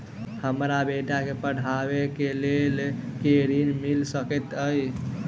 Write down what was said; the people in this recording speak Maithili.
हमरा बेटा केँ पढ़ाबै केँ लेल केँ ऋण मिल सकैत अई?